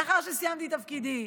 לאחר שסיימתי את תפקידי,